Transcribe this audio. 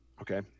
okay